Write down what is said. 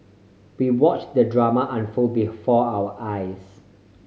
we watch the drama unfold before our eyes